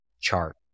chart